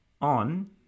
on